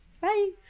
bye